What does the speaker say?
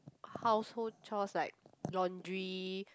household chores like laundry